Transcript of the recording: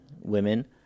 women